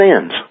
sins